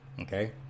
Okay